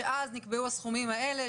אז נקבעו הסכומים האלה,